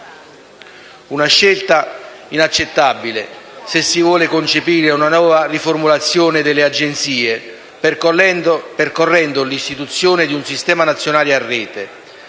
una scelta inaccettabile, a mio avviso, poiché si vuole concepire una nuova riformulazione delle Agenzie percorrendo l'istituzione di un Sistema nazionale a rete